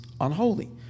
unholy